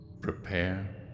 prepare